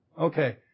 Okay